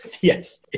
Yes